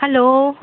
hello